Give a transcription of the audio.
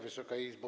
Wysoka Izbo!